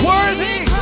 Worthy